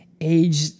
Age